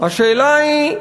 השאלה היא,